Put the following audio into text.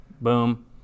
boom